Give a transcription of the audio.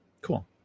Cool